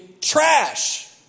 trash